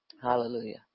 Hallelujah